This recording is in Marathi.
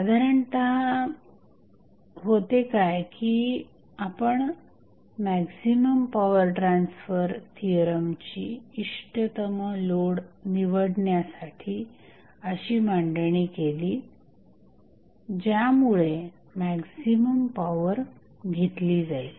साधारणत होते काय की आपण मॅक्झिमम पॉवर ट्रान्सफर थिअरमची इष्टतम लोड निवडण्यासाठी अशी मांडणी केली ज्यामुळे मॅक्झिमम पॉवर शोषली जाईल